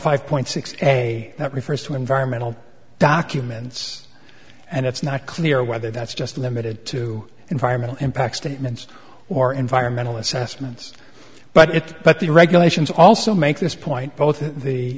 five point six and that refers to environmental documents and it's not clear whether that's just limited to environmental impact statements or environmental assessments but but the regulations also make this point both the